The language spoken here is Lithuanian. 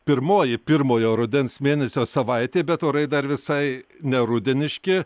pirmoji pirmojo rudens mėnesio savaitė bet orai dar visai nerudeniški